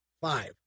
five